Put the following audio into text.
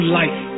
life